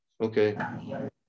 Okay